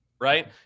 Right